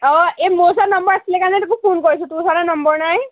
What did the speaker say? অঁ এই মোৰ ওচৰত নম্বৰ আছিলে কাৰণে তোকো ফোন কৰিছোঁ তোৰ ওচৰত নম্বৰ নাই